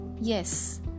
Yes